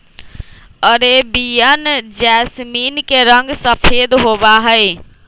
Arabian jasmine के रंग सफेद होबा हई